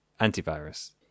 antivirus